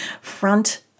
front